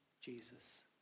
Jesus